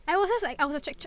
I was just like I was actua~